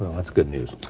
that's good news.